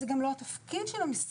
זה גם לא התפקיד של המשרד.